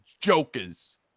jokers